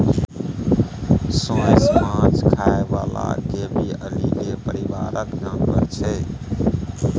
सोंइस माछ खाइ बला गेबीअलीडे परिबारक जानबर छै